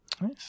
Nice